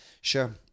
Sure